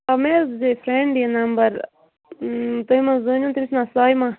آ مےٚ حظ گے فرٮ۪نٛڈ یہِ نَمبر تُہۍ مہ حظ زٲنِوٗن تٔمِس چھُ ناو سایمہ